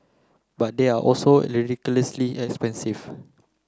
but they are also ridiculously expensive